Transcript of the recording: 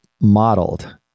modeled